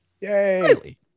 Yay